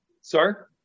Sir